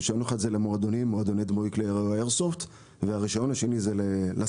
רישיון אחד זה למועדונים עם כלי איירסופט והרישיון השני זה לסחר,